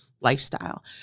lifestyle